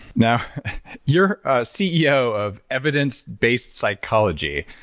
now you're a ceo of evidence based psychology,